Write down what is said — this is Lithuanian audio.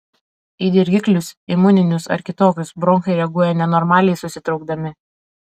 į dirgiklius imuninius ar kitokius bronchai reaguoja nenormaliai susitraukdami